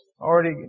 Already